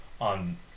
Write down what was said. on